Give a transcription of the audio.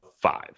five